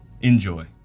Enjoy